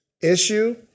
issue